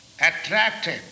attracted